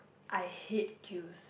I hate queues